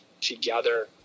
together